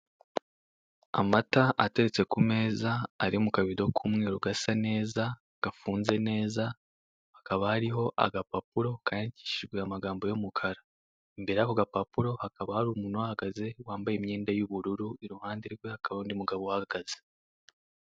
Amata ateretse ku meza ari mu kabido ku mweru gasa neza gafunze neza hakaba hariho agapapuro kandikishijwe amagambo y'umukara imbere yako ga papuro hakaba hari umuntu ahahagaze wambaye imyenda y'ubururu iruhande rwe hakaba hari undi mugabo uhahagaze.